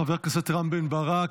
חבר הכנסת רם בן ברק,